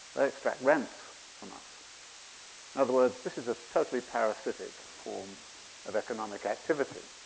extract rent from us. in other words, this is a totally parasitic form of economic activity.